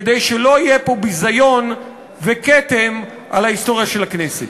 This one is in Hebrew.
כדי שלא יהיה פה ביזיון וכתם על ההיסטוריה של הכנסת.